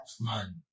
man